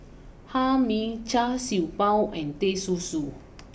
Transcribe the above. Hae Mee Char Siew Bao and Teh Susu